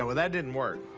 ah that didn't work.